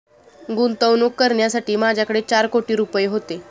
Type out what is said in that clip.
गुंतवणूक करण्यासाठी माझ्याकडे चार कोटी रुपये होते